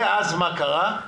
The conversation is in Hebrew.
ואז מה קרה?